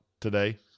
today